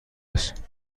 است